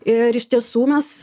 ir iš tiesų mes